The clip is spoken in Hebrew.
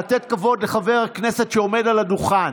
לתת כבוד לחבר כנסת שעומד על הדוכן.